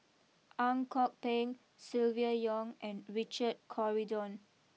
Ang Kok Peng Silvia Yong and Richard Corridon